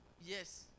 Yes